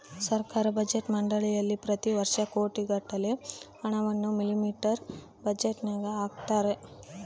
ಸರ್ಕಾರ ಬಜೆಟ್ ಮಂಡಳಿಯಲ್ಲಿ ಪ್ರತಿ ವರ್ಷ ಕೋಟಿಗಟ್ಟಲೆ ಹಣವನ್ನು ಮಿಲಿಟರಿ ಬಜೆಟ್ಗೆ ಹಾಕುತ್ತಾರೆ